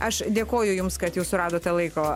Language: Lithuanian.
aš dėkoju jums kad jūs suradote laiko